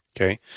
okay